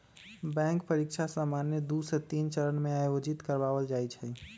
bank परीकछा सामान्य दू से तीन चरण में आयोजित करबायल जाइ छइ